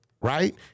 Right